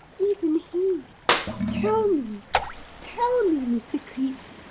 even he tell me tell me, mr. cleek!